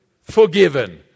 forgiven